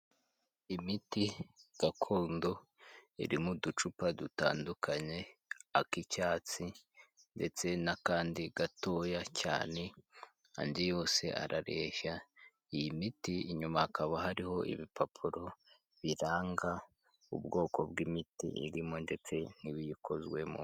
Imiti gakondo irimo uducupa dutandukanye, ak'icyatsi, ndetse n'akandi gatoya cyane andi yose arareshya. Iyi miti inyuma hakaba hariho ibipapuro biranga ubwoko bw'imiti irimo ndetse n'ibiyikozwemo.